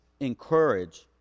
encourage